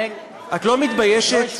את לא מתביישת?